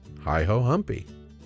hi-ho-humpy